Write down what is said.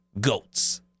GOATs